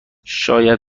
شما